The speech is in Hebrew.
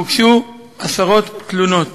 והוגשו עשרות תלונות,